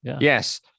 yes